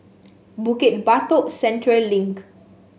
Bukit Batok Central Link